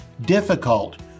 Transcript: difficult